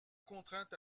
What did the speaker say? contrainte